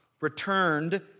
returned